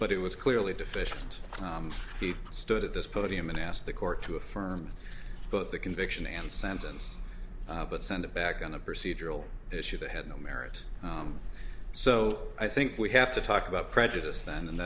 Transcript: but it was clearly deficient he stood at this podium and asked the court to affirm both the conviction and sentence but sent it back on a procedural issue that had no merit so i think we have to talk about prejudice then and